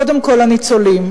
קודם כול, הניצולים,